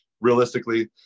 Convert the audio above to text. realistically